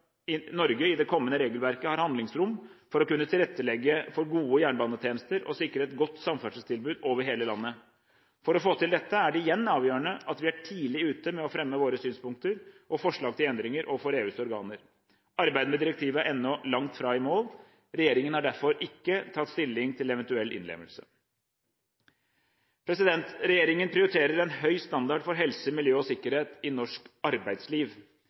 at Norge i det kommende regelverket har handlingsrom for å kunne tilrettelegge for gode jernbanetjenester og sikre et godt samferdselstilbud over hele landet. For å få til dette er det igjen avgjørende at vi er tidlig ute med å fremme våre synspunkter og forslag til endringer overfor EUs organer. Arbeidet med direktivet er ennå langt fra i mål. Regjeringen har derfor ikke tatt stilling til eventuell innlemmelse. Regjeringen prioriterer en høy standard for helse, miljø og sikkerhet i norsk arbeidsliv.